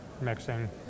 mixing